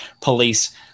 police